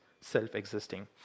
self-existing